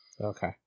Okay